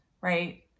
right